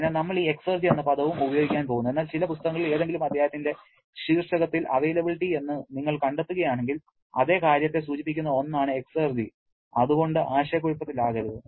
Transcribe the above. അതിനാൽ നമ്മൾ ഈ എക്സർജി എന്ന പദവും ഉപയോഗിക്കാൻ പോകുന്നു എന്നാൽ ചില പുസ്തകങ്ങളിൽ ഏതെങ്കിലും അധ്യായത്തിന്റെ ശീർഷകത്തിൽ അവൈലബിലിറ്റി എന്ന് നിങ്ങൾ കണ്ടെത്തുകയാണെങ്കിൽ അതേ കാര്യത്തെ സൂചിപ്പിക്കുന്ന ഒന്നാണ് എക്സർജി അതുകൊണ്ട് ആശയക്കുഴപ്പത്തിലാകരുത്